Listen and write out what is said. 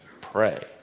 pray